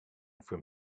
from